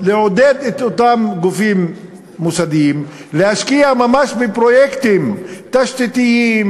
לעודד את אותם גופים מוסדיים להשקיע ממש בפרויקטים תשתיתיים,